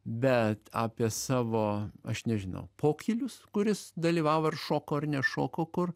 bet apie savo aš nežinau pokylius kur jis dalyvavo ar šoko ar nešoko kur